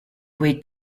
quei